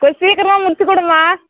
கொஞ்சம் சீக்கிரமாக முடித்து கொடும்மா